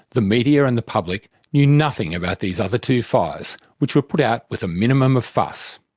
the media and the public knew nothing about these other two fires, which were put out with a minimum of fuss.